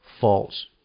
false